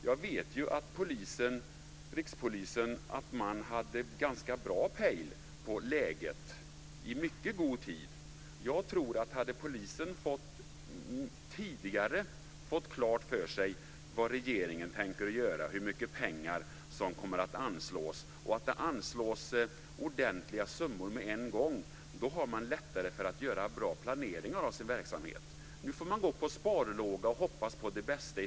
Jag vet att Rikspolisen hade ganska bra pejl på läget i mycket god tid. Hade polisen tidigare fått klart för sig vad regeringen tänkte göra, hur mycket pengar som skulle anslås och att ordentliga summor hade anslagits med en gång tror jag att man lättare hade kunnat göra en bra planering av sin verksamhet. Nu får man gå på sparlåga och hoppas på det bästa.